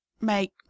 make